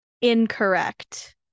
Incorrect